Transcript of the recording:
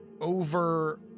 over